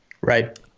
Right